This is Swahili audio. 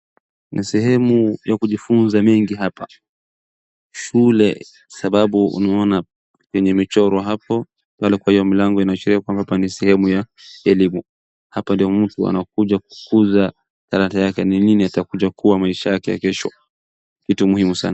Ni sehemu ya kujifuza mengi hapa. Shule sababu unaona venye imechorwa hapo pale kwa hio mlango inaashiria kwamba hapa ni sehemu ya elimu. Hapa ndio mtu anakuja kukuza talanta yake ni nini atakuja kuwa maisha yake ya kesho, kitu muhimu sana.